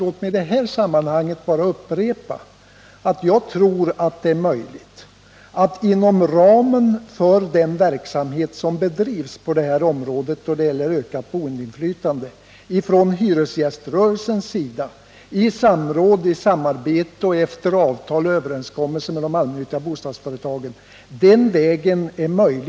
Låt mig i detta sammanhang bara upprepa att jag tror att det är möjligt att klara detta inom ramen för den verksamhet som bedrivs på detta område — då det gäller ökat boendeinflytande — av hyresgäströrelsen, i samråd och i samarbete och efter avtal och överenskommelser med de allmännyttiga bostadsföretagen.